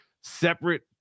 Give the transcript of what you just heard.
separate